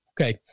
Okay